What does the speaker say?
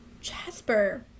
Jasper